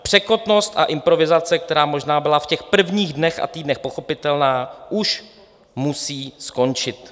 Překotnost a improvizace, která možná byla v těch prvních dnech a týdnech pochopitelná, už musí skončit.